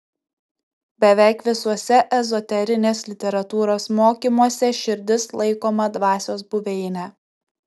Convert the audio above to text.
beveik visuose ezoterinės literatūros mokymuose širdis laikoma dvasios buveine